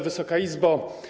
Wysoka Izbo!